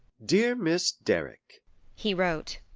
dear miss derrick he wrote,